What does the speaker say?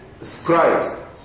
scribes